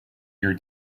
your